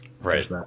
Right